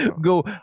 go